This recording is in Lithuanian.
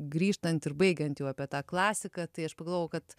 grįžtant ir baigiant jau apie tą klasiką tai aš pagalvojau kad